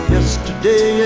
Yesterday